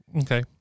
okay